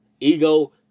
Ego